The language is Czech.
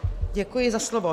Děkuji za slovo.